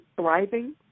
thriving